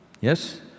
Yes